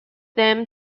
them